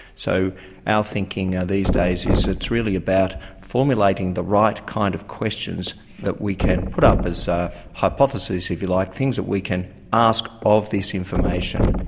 so our thinking these days is it's really about formulating the right kind of questions that we can put up as ah hypotheses, if you like, things that we can ask of this information.